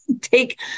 take